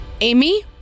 Amy